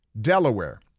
Delaware